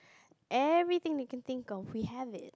everything they can think of we have it